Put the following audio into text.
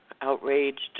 outraged